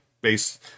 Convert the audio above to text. base